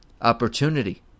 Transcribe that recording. Opportunity